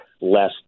less